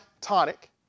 tonic